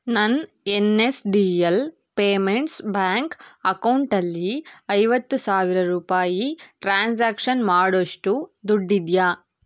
ನನ್ನ N S D L payments bank ಅಕೌಂಟಲ್ಲಿ ಐವತ್ತು ಸಾವಿರ ರೂಪಾಯಿ ಟ್ರಾನ್ಸಾಕ್ಷನ್ ಮಾಡೋಷ್ಟು ದುಡ್ಡಿದೆಯಾ